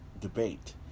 debate